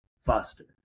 Foster